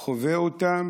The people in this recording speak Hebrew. חווה אותם,